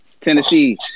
Tennessee